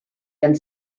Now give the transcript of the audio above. gan